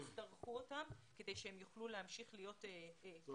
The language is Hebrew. הם יצטרכו אותם כדי שהם יוכלו להמשיך להיות קיימים.